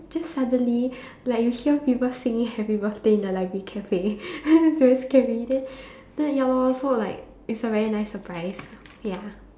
just suddenly like you hear people singing happy birthday in the library cafe very scary then then ya lor so like it's a very nice surprise ya